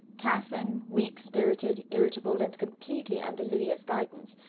catherine, weak-spirited, irritable, and completely under lydia's guidance,